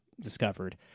discovered